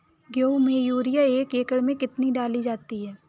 गेहूँ में यूरिया एक एकड़ में कितनी डाली जाती है?